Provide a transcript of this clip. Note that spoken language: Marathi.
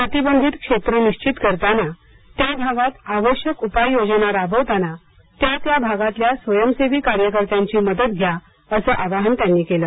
प्रतिबंधित क्षेत्र निश्चित करताना त्या भागात आवश्यक उपाय योजना राबवताना त्या त्या भागातल्या स्वयंसेवी कार्यकर्त्यांची मदत घ्या असं आवाहन त्यांनी केलं